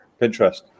Pinterest